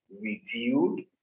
reviewed